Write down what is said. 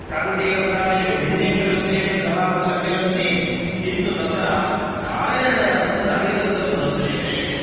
क्रान्तिवृ्त्तादिषु भिन्नेषु वृत्तेषु ग्रहाः सञ्चरन्ति किन्तु तत्र कालनिर्णयार्थं नाडीवृत्तं अनुस्रियते